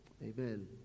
Amen